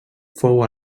fou